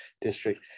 district